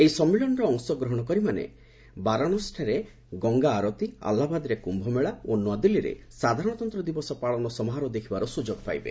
ଏହି ସମ୍ମିଳନୀର ଅଂଶଗ୍ରହଣକାରୀମାନେ ବାରାଣସୀରେ ଗଙ୍ଗା ଆରତୀ ଆହ୍ଲାବାଦରେ କୁୟ ମେଳା ଓ ନୂଆଦିଲ୍ଲୀରେ ସାଧାରଣତନ୍ତ ଦିବସ ପାଳନ ସମାରୋହ ଦେଖିବାର ସ୍ଟ୍ରଯୋଗ ପାଇପାରିବେ